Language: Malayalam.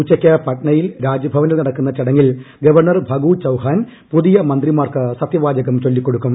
ഉച്ചയ്ക്ക് പട്നയിൽ രാജ്ഭവനിൽ നടക്കുന്ന ചടങ്ങിൽ ഗവർണർ ഫഗു ചൌഹാൻ പുതിയ മന്ത്രിമാർക്ക് സത്യവാചകം ചൊല്ലിക്കൊടുക്കും